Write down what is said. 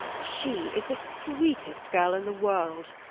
she is the sweetest girl in the world,